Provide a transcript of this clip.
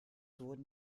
wurden